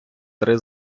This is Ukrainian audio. три